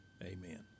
Amen